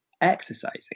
exercising